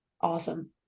awesome